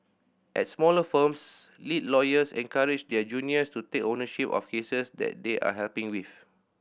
at smaller firms lead lawyers encourage their juniors to take ownership of cases that they are helping with